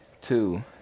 two